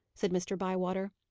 said mr. bywater.